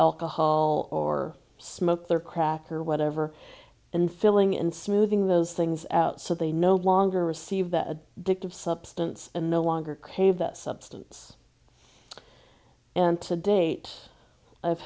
alcohol or smoke their crack or whatever and filling and smoothing those things out so they no longer receive that addictive substance and no longer crave that substance and to date i've